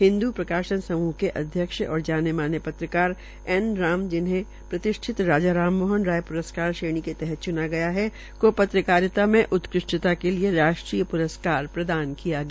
हिन्दू प्रकाशन के अध्यक्ष और जाने माने पत्रकार एन राम जिन्हे प्रतिष्ठित राजा राम मोहन राय प्रस्कार श्रेणी के तहत च्ना गया है को पत्रकारिता में उत्कृष्टता के लिये राष्ट्रीय पुरस्कार प्रदान किया गया